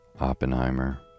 Oppenheimer